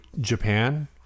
Japan